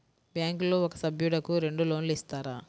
బ్యాంకులో ఒక సభ్యుడకు రెండు లోన్లు ఇస్తారా?